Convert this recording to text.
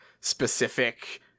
specific